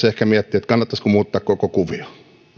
ehkä miettiä kannattaisiko muuttaa koko kuvio